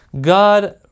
God